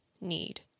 need